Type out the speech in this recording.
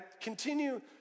continue